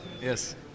Yes